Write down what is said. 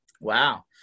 Wow